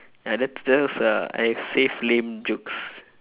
ya that that's I have saved lame jokes